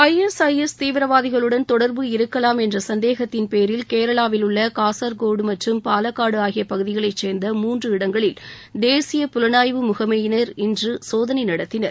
I S I S தீவிரவாதிகளுடன் தொடர்பு இருக்கலாம் என்ற சந்தேகத்தின் பேரில் கேரளாவில் உள்ள காசர்கோடு மற்றும் பாலக்காடு ஆகிய பகுதிகளை சார்ந்த மூன்று இடங்களில் தேசிய புலனாய்வு முகமையினர் இன்று சோதனை நடத்தினர்